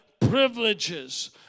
privileges